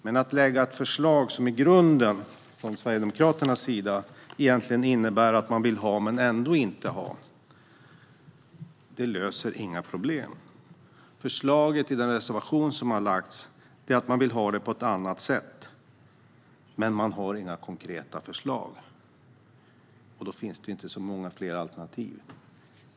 Men att från Sverigedemokraternas sida lägga fram ett förslag som i grunden innebär att man vill ha men ändå inte ha löser inga problem. Förslaget i reservationen är att man vill ha det på ett annat sätt. Men man har inga konkreta förslag, och då finns det inte så många fler alternativ.